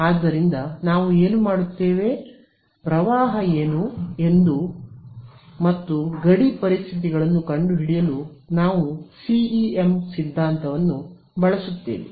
ಆದ್ದರಿಂದ ನಾವು ಏನು ಮಾಡುತ್ತೇವೆ ಪ್ರವಾಹ ಏನು ಎಂದು ಮತ್ತು ಗಡಿ ಪರಿಸ್ಥಿತಿಗಳನ್ನು ಕಂಡುಹಿಡಿಯಲು ನಾವು ಸಿಇಎಂ ಸಿದ್ಧಾಂತವನ್ನು ಬಳಸುತ್ತೇವೆ